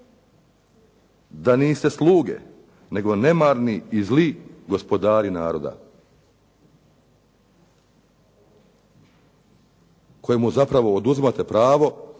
da niste sluge, nego nemarni i zli gospodari naroda kojemu zapravo oduzimate pravo